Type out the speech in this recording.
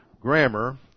grammar